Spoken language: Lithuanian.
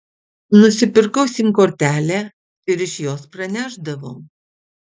nusipirkau sim kortelę ir iš jos pranešdavau